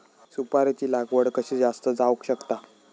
सुपारीची लागवड कशी जास्त जावक शकता?